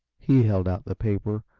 he held out the paper,